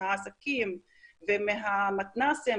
מהעסקים ומהמתנ"סים,